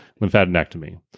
lymphadenectomy